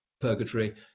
purgatory